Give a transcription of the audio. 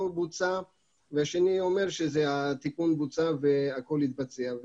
בוצע והשני אומר שהתיקון בוצע והכול התבצע.